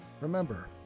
Remember